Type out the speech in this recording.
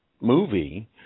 movie